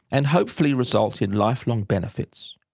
and hopefully result in life-long benefits.